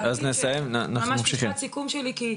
ממש משפט סיכום שלי,